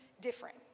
different